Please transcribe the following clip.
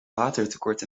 watertekort